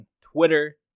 Twitter